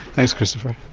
thanks christopher.